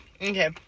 Okay